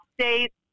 states